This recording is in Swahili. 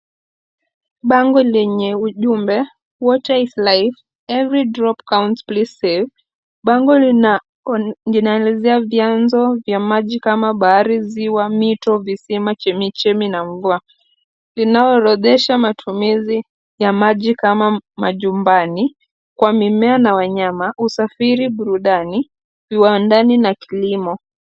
Bango lenye ujumbe water is life, every drop counts. Please save .Bango linaelezea vyanzo vya maji kama bahari, ziwa, mito, visima, chemichemi na mvua. Linaorodhesha matumizi ya maji kama majumbani, kwa mimea na wanyama, usafiri, burudani, viwandani na kilimo.